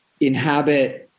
inhabit